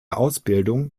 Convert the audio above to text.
ausbildung